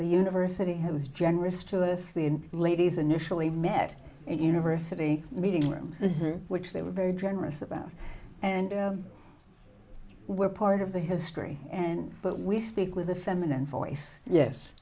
the university who was generous to us the ladies initially met in university meeting rooms which they were very generous about and we're part of the history and but we speak with a feminine voice